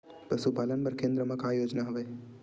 पशुपालन बर केन्द्र म का योजना हवे?